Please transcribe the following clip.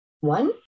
One